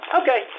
Okay